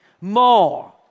More